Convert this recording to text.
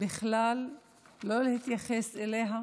בכלל לא להתייחס אליה,